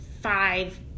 five